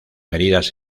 heridas